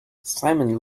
simon